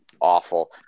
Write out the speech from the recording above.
awful